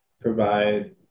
provide